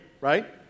right